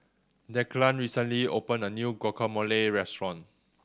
Declan recently opened a new Guacamole Restaurant